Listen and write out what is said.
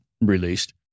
released